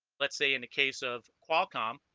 let's say in the case of qualcomm